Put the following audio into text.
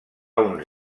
uns